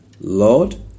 lord